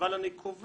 אבל אני קובע